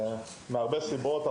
מהרבה סיבות,